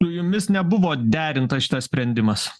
su jumis nebuvo derintas šitas sprendimas